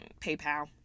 PayPal